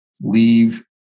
leave